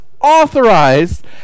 authorized